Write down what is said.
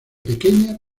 pequeña